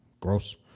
Gross